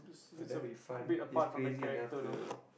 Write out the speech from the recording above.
but that'll be fun he's crazy enough to